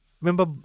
remember